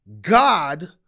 God